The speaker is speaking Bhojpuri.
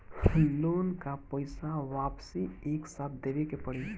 लोन का पईसा वापिस एक साथ देबेके पड़ी?